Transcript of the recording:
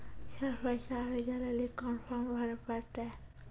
Sir पैसा भेजै लेली कोन फॉर्म भरे परतै?